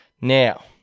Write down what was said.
Now